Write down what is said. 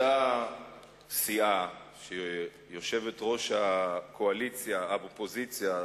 אותה סיעה של יושבת-ראש האופוזיציה,